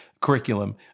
curriculum